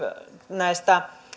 näistä